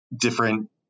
different